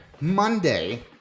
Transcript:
Monday